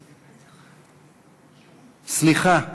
סליחה.